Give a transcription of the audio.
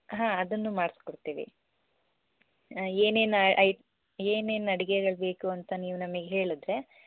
ಹಾಂ ಅದನ್ನೂ ಮಾಡ್ಸ್ಕೊಡ್ತೀವಿ ಏನೇನು ಐ ಏನೇನು ಅಡಿಗೆಗಳು ಬೇಕು ಅಂತ ನೀವು ನಮಗೆ ಹೇಳಿದರೆ